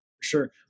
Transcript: Sure